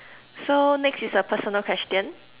so next is a personal question